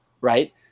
right